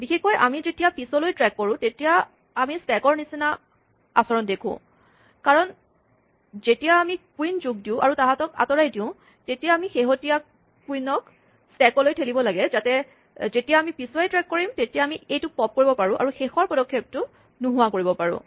বিশেষকৈ আমি যেতিয়া পিচলৈ ট্ৰেক কৰোঁ তেতিয়া আমি স্টেকৰ নিচিনা আচৰণ দেখো কাৰণ আমি যেতিয়া কুইন যোগ দিওঁ আৰু তাহাঁতক আঁতৰাই দিওঁ তেতিয়া আমি শেহতীয়া কুইনক স্টেকলৈ থেলিব লাগে যাতে যেতিয়া আমি পিচুৱাই ট্ৰেক কৰিম তেতিয়া আমি এইটো পপ্ কৰিব পাৰোঁ আৰু শেষৰ পদক্ষেপটো টো নোহোৱা কৰিব পাৰোঁ